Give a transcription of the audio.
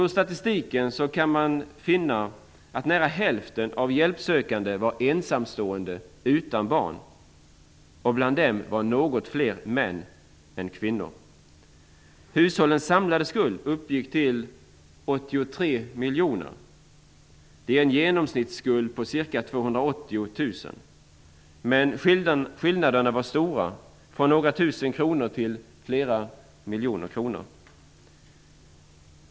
Ur statistiken kan man finna att nära hälften av de hjälpsökande var ensamstående utan barn. Bland dem var något fler män än kvinnor. Hushållens samlade skulder uppgick till 83 miljoner kronor. Det ger en genomsnittsskuld på ca 280 000 kr. Men skillnaderna var stora, från några tusen kronor till flera miljoner kronor.